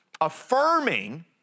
affirming